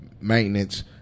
maintenance